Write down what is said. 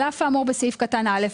על אף האמור בסעיף קטן (א),